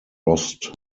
lost